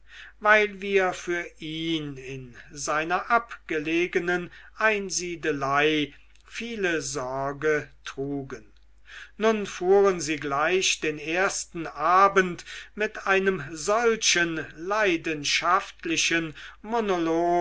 weil wir für ihn in seiner abgelegenen einsiedelei viele sorge trugen nun fuhren sie gleich den ersten abend mit einem solchen leidenschaftlichen monolog